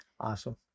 awesome